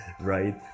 right